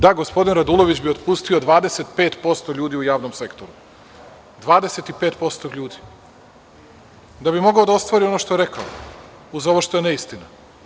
Da, gospodin Radulović bi otpustio 25% ljudi u javnom sektoru, 25% ljudi da bi mogao da ostvari ono što je rekao, uz ovo što je neistina.